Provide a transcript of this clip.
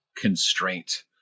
constraint